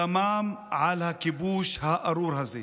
דמם על הכיבוש הארור הזה.